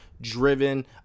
driven